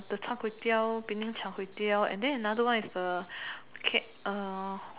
the Char-Kway-Teow Penang Char-Kway-Teow and then another one is the okay